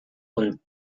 und